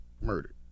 murdered